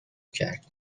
کرد